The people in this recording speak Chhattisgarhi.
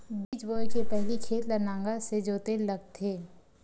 बीज बोय के पहिली खेत ल नांगर से जोतेल लगथे?